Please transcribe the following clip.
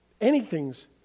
anything's